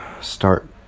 start